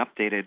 updated